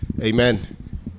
Amen